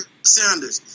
Sanders